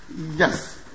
Yes